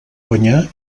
guanyar